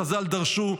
חז"ל דרשו: